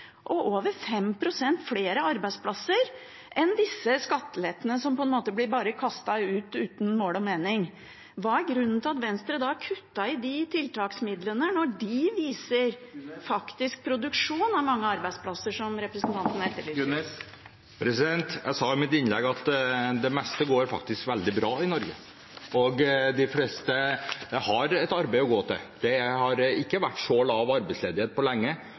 og over 5 pst. flere arbeidsplasser – enn disse skattelettene, som på en måte bare blir kastet ut uten mål og mening. Hva er grunnen til at Venstre har kuttet i de tiltaksmidlene, når de viser produksjon av mange arbeidsplasser, som representanten etterlyser? Jeg sa i mitt innlegg at det meste i Norge faktisk går veldig bra. De fleste har et arbeid å gå til. Det har ikke vært så lav arbeidsledighet på lenge,